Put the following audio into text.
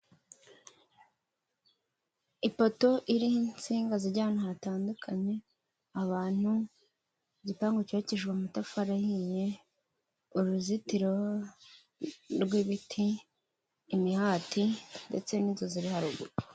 Ifoto iriho itsinga zijya ahantu hatandukanye, abantu igipangu cy'ubakishijwe amatafari ahiye uruzitiro rw'ibiti, imihati ndetse n'inzu ziri haruguru.